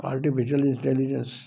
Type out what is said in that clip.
artificial intelligence